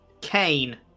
Kane